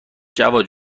جواد